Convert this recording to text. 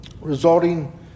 resulting